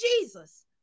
Jesus